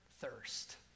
thirst